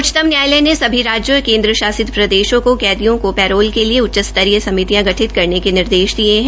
उच्चतम न्यायालय ने सभी राज्यों और केन्द्र शासित प्रदेशों को कदियों केा प्रधोल के लिए उच्च स्तरीय समितियां गठित करने के निर्देश दिये है